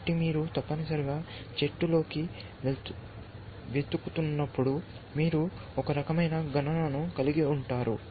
కాబట్టి మీరు తప్పనిసరిగా చెట్టు లోకి వెతుకుతున్నప్పుడు మీరు ఒక రకమైన గణనను కలిగి ఉంటారు